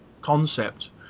concept